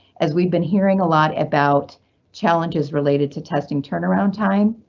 as we've been hearing a lot about challenges related to testing turnaround time.